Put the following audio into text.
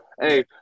Hey